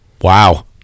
Wow